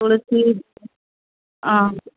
ತುಳಸಿ ಆಂ